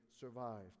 survived